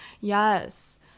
yes